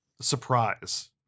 surprise